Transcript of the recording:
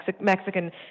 Mexican